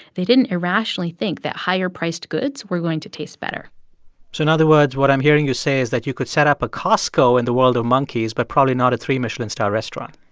they didn't irrationally think that higher-priced goods were going to taste better so in other words, what i'm hearing you say is that you could set up a costco in the world of monkeys but probably not a three-michelin star restaurant?